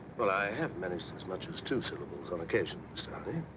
but i have managed as much as two syllables on occasion, mr. honey.